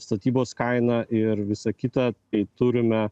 statybos kaina ir visa kita tai turime